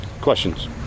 Questions